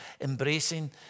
embracing